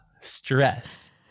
Stress